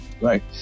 right